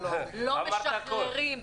לא משחררים,